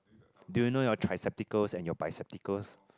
do you know your trisepticals and your bisepticals